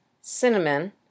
cinnamon